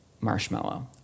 marshmallow